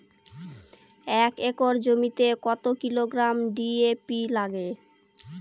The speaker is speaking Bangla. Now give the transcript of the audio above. এক একর জমিতে কত কিলোগ্রাম ডি.এ.পি লাগে?